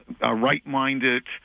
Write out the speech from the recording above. right-minded